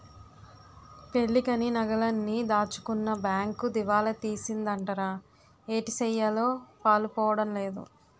పెళ్ళికని నగలన్నీ దాచుకున్న బేంకు దివాలా తీసిందటరా ఏటిసెయ్యాలో పాలుపోడం లేదు